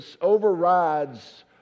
overrides